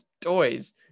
toys